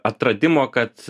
atradimo kad